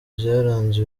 byaranze